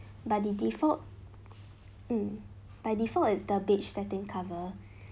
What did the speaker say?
but the default mm by default is the beige satin cover